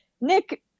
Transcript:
Nick